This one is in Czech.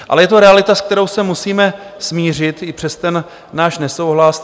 Ale je to realita, s kterou se musíme smířit i přes náš nesouhlas.